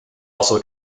also